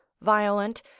violent